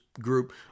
group